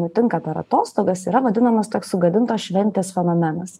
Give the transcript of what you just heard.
nutinka per atostogas yra vadinamas toks sugadintos šventės fenomenas